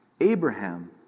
Abraham